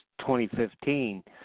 2015